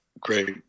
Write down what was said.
great